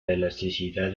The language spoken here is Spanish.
elasticidad